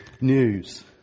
news